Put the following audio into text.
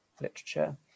literature